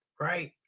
right